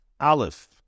Aleph